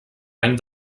any